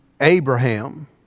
Abraham